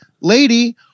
lady